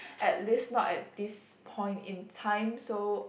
at least not at this point in time so